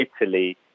Italy